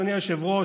אדוני היושב-ראש,